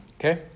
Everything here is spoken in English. okay